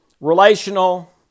relational